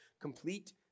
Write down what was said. complete